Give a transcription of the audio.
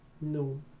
No